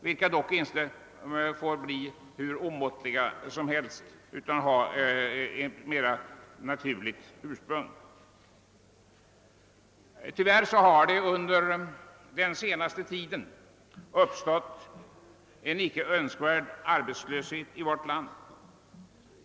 Dessa får emellertid inte bli hur omåttliga som helst, utan måste ha ett naturligt ursprung. Tyvärr har under den senaste tiden uppstått en icke önskvärd arbetslöshet i vårt land.